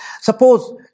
suppose